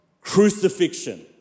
crucifixion